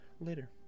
later